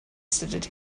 studied